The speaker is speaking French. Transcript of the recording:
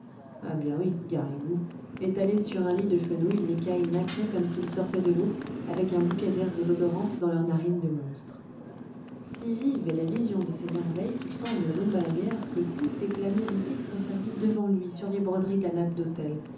ah bien oui garrigou étalés sur un lit de fenouil l'écaille nacrée comme s'ils sortaient de l'eau avec un bouquet d'herbes odorantes dans leurs narines de monstres si vive est la vision de ces merveilles qu'il semble à dom balaguère que tous ces plats mirifiques sont servis devant lui sur les broderies de la nappe d'autel